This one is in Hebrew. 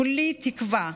כולי תקווה,